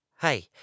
Hey